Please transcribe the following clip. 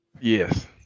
Yes